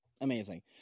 Amazing